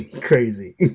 crazy